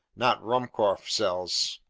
not ruhmkorff cells.